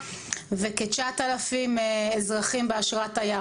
וכ-9,000 אזרחים באשרת תייר.